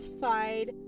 side